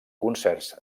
concerts